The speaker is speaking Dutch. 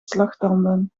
slagtanden